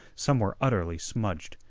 some were utterly smudged.